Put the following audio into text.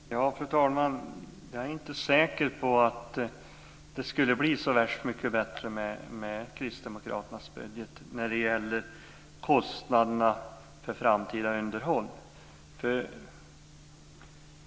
Fru talman! Jag är inte säker på att det skulle bli så värst mycket bättre med Kristdemokraternas budget när det gäller kostnaderna för framtida underhåll.